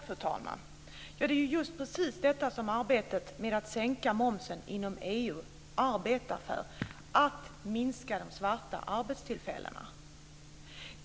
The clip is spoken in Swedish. Fru talman! Det är just precis detta som arbetet med att sänka momsen inom EU går ut på: att minska de svarta arbetstillfällena.